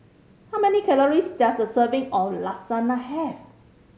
how many calories does a serving of Lasagna have